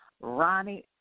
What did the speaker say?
Ronnie